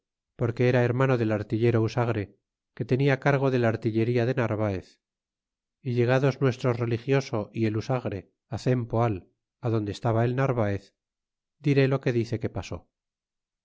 porque era hermano del artillero usagre que tenia cargo del artillería de narvaez y llegados nuestro religioso y el usagre cempoal adonde estaba el narvaez diré lo que dice que pasó